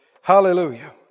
Hallelujah